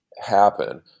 happen